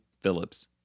Phillips